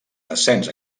descens